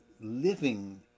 living